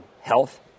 health